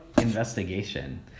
investigation